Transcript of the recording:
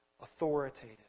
Authoritative